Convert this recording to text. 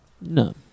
No